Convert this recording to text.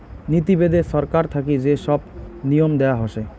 নীতি বেদে ছরকার থাকি যে সব নিয়ম দেয়া হসে